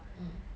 mm